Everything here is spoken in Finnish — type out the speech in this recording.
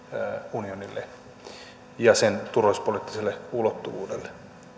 unionille ja sen turvallisuuspoliittiselle ulottuvuudelle